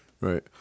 Right